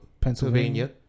Pennsylvania